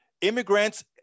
Immigrants